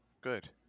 Good